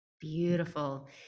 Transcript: Beautiful